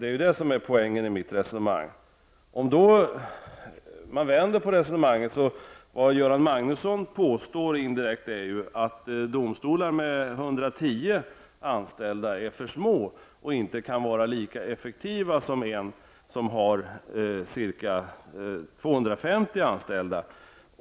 Göran Magnusson vänder så att säga på resonemanget och påstår indirekt att domstolar med 110 anställda är för små och inte kan vara lika effektiva som domstolar som har 250 anställda.